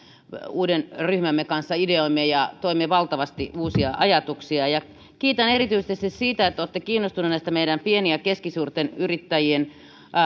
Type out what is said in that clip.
uuden ryhmämme kanssa ideoimme ja toimme valtavasti uusia ajatuksia kiitän erityisesti siitä että olette kiinnostuneita meidän pieni ja keskisuurten yrittäjien